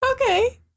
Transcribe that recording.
okay